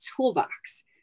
toolbox